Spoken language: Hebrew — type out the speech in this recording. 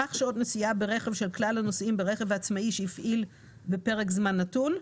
סך שעות נסיעה ברכב של כלל הנוסעים ברכב העצמאי שהפעיל בפרק זמן נתון,